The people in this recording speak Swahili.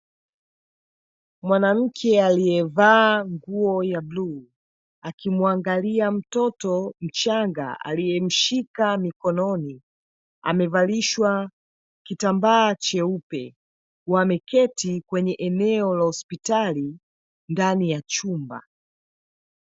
Mwanamke aliyevaa nguo ya buluu, akimuangalia mtoto mchanga aliyemshika mikononi, amevalishwa kitambaa cheupe. Wameketi kwenye eneo la hospitali ndani ya chumba.